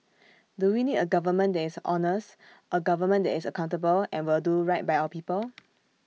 do we need A government that is honest A government that is accountable and will do right by our people